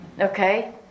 Okay